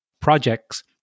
projects